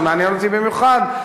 שמעניין אותי במיוחד,